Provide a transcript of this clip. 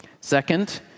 Second